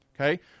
okay